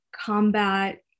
combat